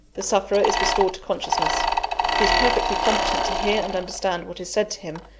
the sufferer is restored to consciousness he is perfectly competent to hear and understand what is said to him,